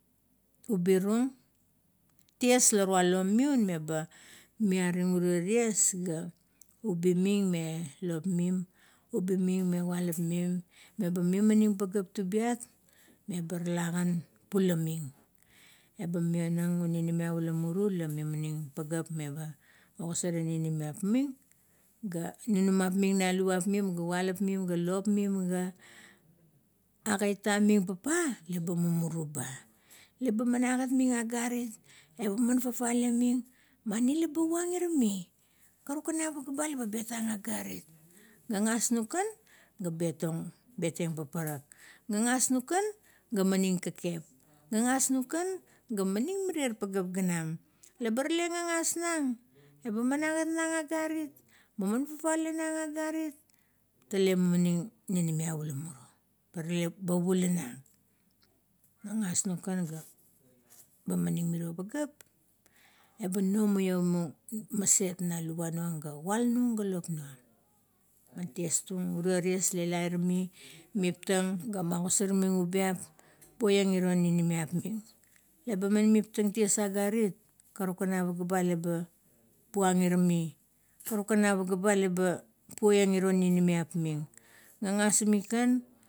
Ubi rung, ties la rualo miung meba miaring irio ties ga ubi ming me lop mim, ubi ming me kulap mim, meba mimanim pagap tubiat meba tala gan pulaming. Eba mionang un ninimiap ula muru la mimaning pageap meba ogosar ang ninimiap ming, ga nunamap ming na luvap mim ga kulapming ga lop mim, ga aga ita ming papa, eba mumuru ba. Leba man agat ming agarit, eba man fafale ming mani laba puang ira mi, karukan a pagea ba la ba betang agarit, gagas nung kan ga petang, betieng paparak, gagas nung kan ga maning kekep, gagas nung kan ga maning mirier pagap ganam. Leba rale gagas nung, eba man agat nung agarit, ma fafale na agarit tale memaning ninimiap ula muru. Eba rale, ba pula nang, gagas nung kan ga manim mirie pagap, eba nomaiomum maset na luvuan nung ga kuala nung ga lop num, man ties tung, urio ties la ila irami, mitang ga ogasar ming ubiap, paieng iro ninimiap ming. Eba man miptang ties agarit karuk kan a pagea ba la ba puang ira mi, karuk kan a pagea ba la ba betieng irio ninimiap ming gagas ming kan.